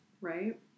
Right